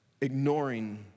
ignoring